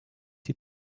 die